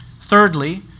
Thirdly